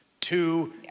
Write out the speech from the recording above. Two